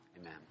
Amen